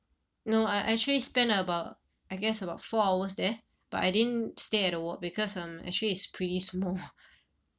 no I actually spend about I guess about four hours there but I didn't stay at the ward because um actually it's pretty small